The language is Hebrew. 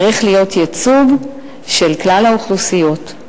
צריך להיות ייצוג של כלל האוכלוסיות.